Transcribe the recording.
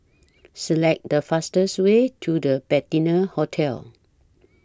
Select The fastest Way to The Patina Hotel